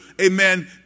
amen